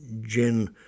Jen